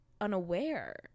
unaware